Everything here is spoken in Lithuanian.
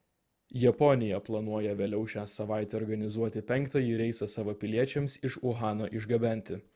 japonija planuoja vėliau šią savaitę organizuoti penktąjį reisą savo piliečiams iš uhano išgabenti